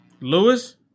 Lewis